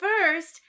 first